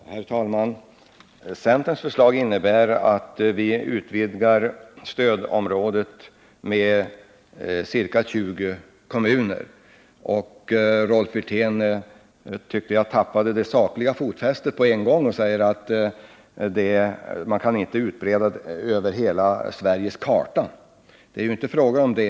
Herr talman! Centerns förslag innebär att vi utvidgar stödområdet med ca 20 kommuner. Jag tycker att Rolf Wirtén tappade det sakliga fotfästet på en gång när han sade att man inte kunde utbreda stödområdet över hela Sveriges karta. Men det är inte fråga om det.